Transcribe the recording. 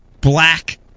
black